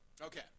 Okay